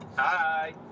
Hi